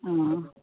आं